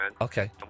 okay